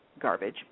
garbage